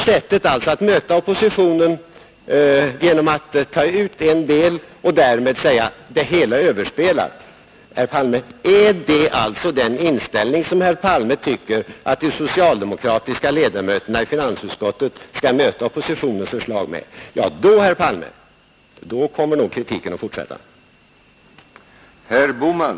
skottet bör möta oppositionens förslag med att bara säga att det hela är överspelat? I så fall kommer nog kritiken att fortsätta, herr Palme.